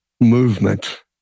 movement